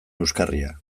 euskarria